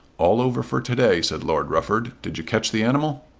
all over for to-day, said lord rufford. did you catch the animal?